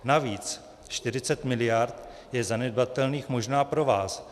Navíc 40 mld. je zanedbatelných možná pro vás.